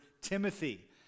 Timothy